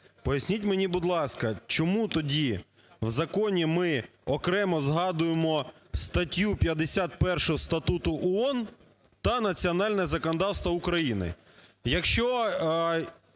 Поясніть мені, будь ласка, чому тоді в законі ми окремо згадуємо статтю 51 Статуту ООН та національне законодавство України? Якщо…